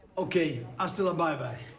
ok, hasta la bye bye.